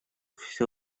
всё